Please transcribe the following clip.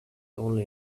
only